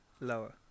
Lower